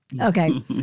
Okay